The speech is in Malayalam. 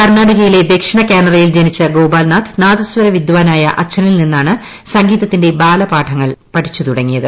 കർണാടകയിലെ ദക്ഷിണ കാനറയിൽ ജനിച്ച ഗോപാൽനാഥ് നാദസ്വര വിദ്വാനായ അച്ഛനിൽ നിന്നാണു സംഗീതത്തിന്റെ ബാലപാഠങ്ങൾ തുടങ്ങിയത്